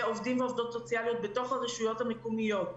עובדים ועובדות סוציאליות בתוך הרשויות המקומיות,